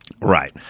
Right